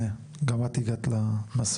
הנה גם את הגעת למסוע,